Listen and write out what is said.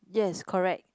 yes correct